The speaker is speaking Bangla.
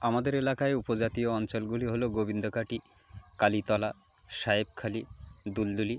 আমাদের এলাকায় উপজাতীয় অঞ্চলগুলি হলো গোবিন্দোকাটি কালীতলা সাহেবখালি দুলদুলি